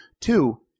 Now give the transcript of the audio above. Two